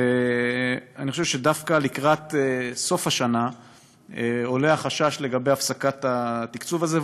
ואני חושב שדווקא לקראת סוף השנה עולה חשש לגבי הפסקת התקצוב הזה,